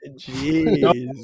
Jeez